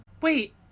Wait